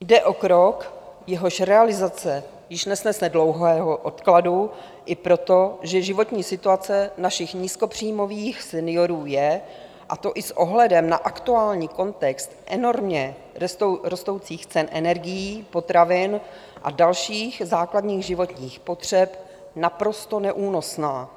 Jde o krok, jehož realizace již nesnese dlouhého odkladu i proto, že životní situace našich nízkopříjmových seniorů je, a to i s ohledem na aktuální kontext enormně rostoucích cen energií, potravin a dalších základních životních potřeb, naprosto neúnosná.